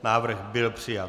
Návrh byl přijat.